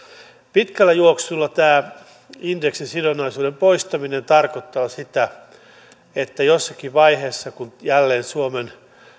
pitkällä juoksulla tämä indeksisidonnaisuuden poistaminen tarkoittaa sitä että kun jossakin vaiheessa jälleen suomen